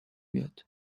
بیاد